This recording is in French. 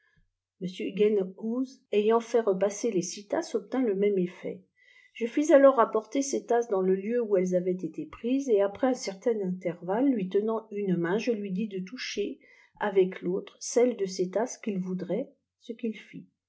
ingenhousze ayant fait repasser les six lasses obtint le dtisme eflut je fis alors rapporter ces lasses dans le lieu ou elles avaient été prises et aiprcs un certain intervalle lui teifant une main je lui dis dé toucher avec l'autre celle de ces tasses qu'il voucjiait ce qu'il fit